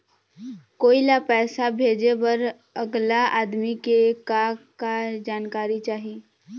कोई ला पैसा भेजे बर अगला आदमी के का का जानकारी चाही?